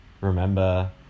remember